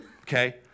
Okay